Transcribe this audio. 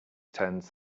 turns